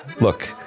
Look